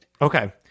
Okay